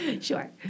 sure